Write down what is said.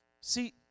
See